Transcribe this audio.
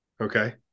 okay